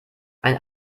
ein